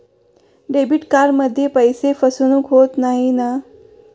Debit कार्डमध्ये पैसे फसवणूक होत नाही ना?